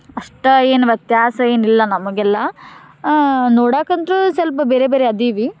ಅಷ್ಟು ಏನು ವ್ಯತ್ಯಾಸ ಏನಿಲ್ಲ ನಮಗೆಲ್ಲ ನೋಡಾಕಂತೂ ಸ್ವಲ್ಪ ಬೇರೆ ಬೇರೆ ಅದೀವಿ